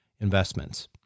investments